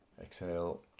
Exhale